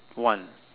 one